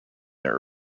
their